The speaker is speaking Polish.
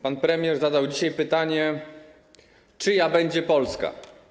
Pan premier zadał dzisiaj pytanie, czyja będzie Polska.